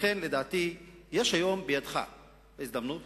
לכן, לדעתי יש היום בידך הזדמנות